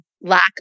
lack